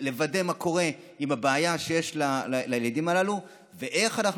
לוודא מה קורה עם הבעיה שיש לילדים הללו ואיך אנחנו